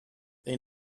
they